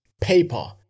paper